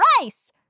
rice